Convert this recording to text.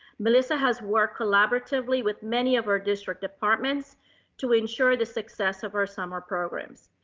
melissa has worked collaboratively with many of our district departments to ensure the success of our summer programs.